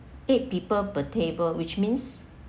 eight people per table which means